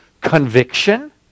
conviction